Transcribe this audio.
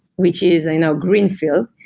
which is and you know greenfield,